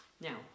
Now